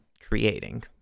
creating